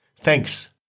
thanks